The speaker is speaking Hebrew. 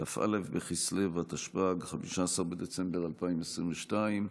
כ"א בכסלו התשפ"ג, 15 בדצמבר 2022,